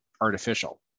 artificial